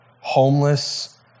homeless